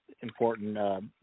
important